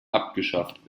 abgeschafft